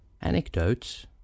anecdotes